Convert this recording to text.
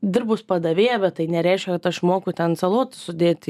dirbus padavėja bet tai nereiškia kad aš moku ten salotų sudėti